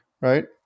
right